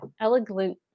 elegant